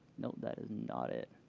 nope. that is not it.